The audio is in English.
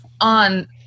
on